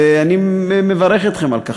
ואני מברך אתכם על כך.